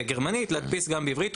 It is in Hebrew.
גרמנית להדפיס גם בעברית.